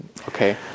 okay